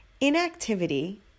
Inactivity